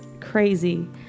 crazy